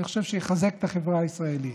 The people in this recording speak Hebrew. אני חושב שהוא יחזק את החברה הישראלית.